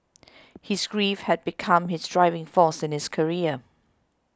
his grief had become his driving force in his career